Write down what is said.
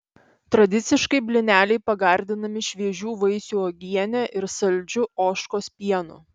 tradiciškai blyneliai pagardinami šviežių vaisių uogiene ir saldžiu ožkos pienu